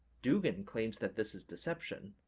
dugin and claims that this is deception,